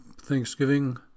Thanksgiving